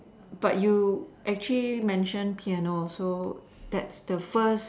but you actually mentioned piano so that's the first